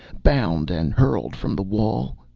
bound and hurled from the wall.